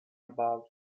about